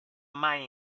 mai